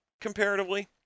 comparatively